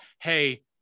hey